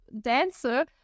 dancer